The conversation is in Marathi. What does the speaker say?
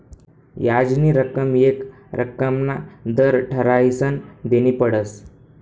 याजनी रक्कम येक रक्कमना दर ठरायीसन देनी पडस